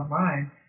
online